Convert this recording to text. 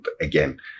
again